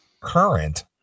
current